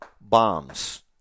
Bombs